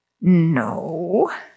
No